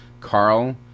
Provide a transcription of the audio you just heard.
Carl